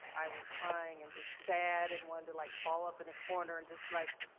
i was crying and just sad and want to like ball up in a corner and just like,